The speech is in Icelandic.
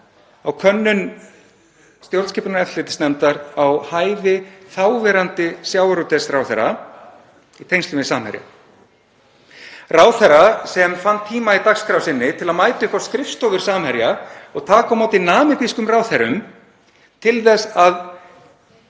á könnun stjórnskipunar- og eftirlitsnefndar á hæfi þáverandi sjávarútvegsráðherra í tengslum við Samherja, ráðherra sem fann tíma í dagskrá sinni til að mæta upp á skrifstofur Samherja og taka á móti namibískum ráðherrum til þess að